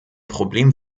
problem